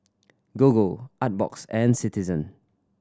Gogo Artbox and Citizen